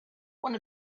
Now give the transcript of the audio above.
one